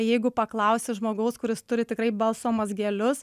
jeigu paklausi žmogaus kuris turi tikrai balso mazgelius